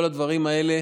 כל הדברים האלה,